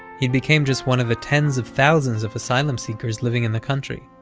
he became just one of the tens of thousands of asylum seekers living in the country.